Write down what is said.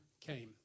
came